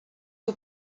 que